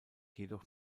jedoch